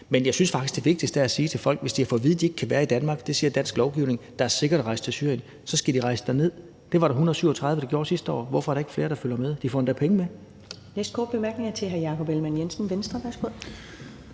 Men jeg synes faktisk, at det vigtigste at sige til folk, hvis de har fået at vide, at de ikke kan være i Danmark – det siger dansk lovgivning – er, at det er sikkert at rejse til Syrien, og så skal de rejse derned. Det var der 137 der gjorde sidste år. Hvorfor er der ikke flere, der følger med? De får endda penge med.